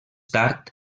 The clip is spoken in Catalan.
tard